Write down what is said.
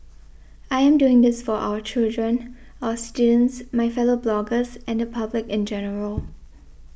I am doing this for our children our students my fellow bloggers and the public in general